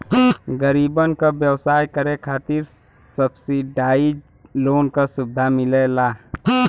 गरीब क व्यवसाय करे खातिर सब्सिडाइज लोन क सुविधा मिलला